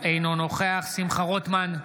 אינו נוכח שמחה רוטמן,